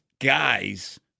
guys